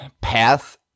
path